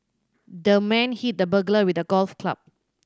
the man hit the burglar with a golf club